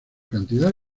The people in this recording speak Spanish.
cantidad